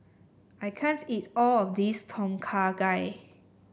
I can't eat all of this Tom Kha Gai